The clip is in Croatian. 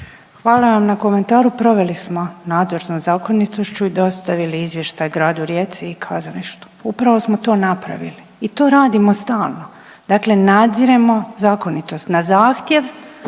Hvala vam na komentaru. Proveli smo nadzor nad zakonitošću i dostavili izvještaj Gradu Rijeci i Kazalištu. Upravo smo to napravili. I to radimo stalno. Dakle nadziremo zakonitost, na zahtjev